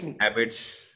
habits